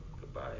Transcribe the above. goodbye